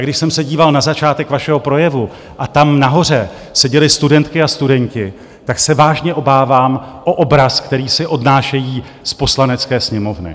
Když jsem se díval na začátek vašeho projevu a tam nahoře seděly studentky a studenti, tak se vážně obávám o obraz, který si odnášejí z Poslanecké sněmovny.